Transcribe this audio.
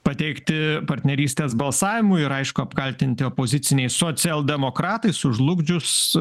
pateikti partnerystės balsavimui ir aišku apkaltinti opoziciniai socialdemokratai sužlugdžius